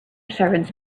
servants